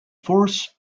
force